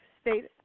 state